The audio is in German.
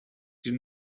die